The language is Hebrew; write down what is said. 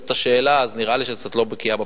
את השאלה אז נראה שאת קצת לא בקיאה בפרטים,